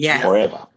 forever